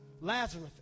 Lazarus